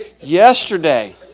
yesterday